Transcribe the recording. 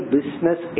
Business